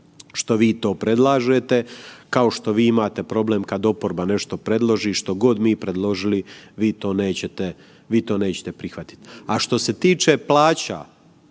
što vi to predlažete kao što vi imate problem kad oporba nešto predloži. Što god mi predložili, vi to nećete prihvatiti. A što se tiče plaća,